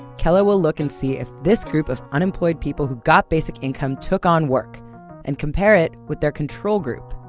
kela will look and see if this group of unemployed people who got basic income took on work and compare it with their control group,